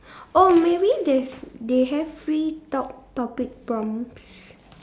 oh maybe there's they have free talk topic prompts